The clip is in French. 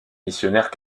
missionnaires